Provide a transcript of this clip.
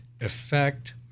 effect